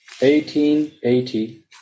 1880